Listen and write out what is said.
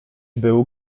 był